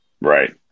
Right